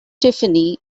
tiffany